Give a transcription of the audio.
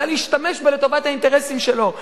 יודע להשתמש בה לטובת האינטרסים שלו.